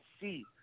see